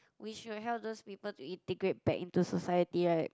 we should help those people to integrate back into society right